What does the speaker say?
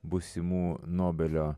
būsimų nobelio